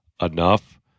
enough